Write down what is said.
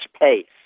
pace